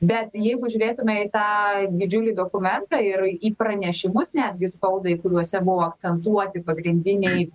bet jeigu žiūrėtume į tą didžiulį dokumentą ir į pranešimus netgi spaudai kuriuose buvo akcentuoti pagrindiniai